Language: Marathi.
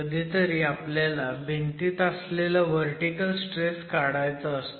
कधीतरी आपल्याला भिंतीत असलेला व्हर्टिकल स्ट्रेस काढायचा असतो